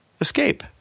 escape